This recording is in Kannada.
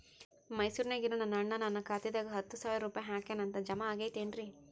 ಮೈಸೂರ್ ನ್ಯಾಗ್ ಇರೋ ನನ್ನ ಅಣ್ಣ ನನ್ನ ಖಾತೆದಾಗ್ ಹತ್ತು ಸಾವಿರ ರೂಪಾಯಿ ಹಾಕ್ಯಾನ್ ಅಂತ, ಜಮಾ ಆಗೈತೇನ್ರೇ?